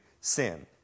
sin